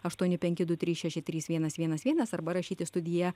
aštuoni penki du trys šeši trys vienas vienas vienas arba rašyti studija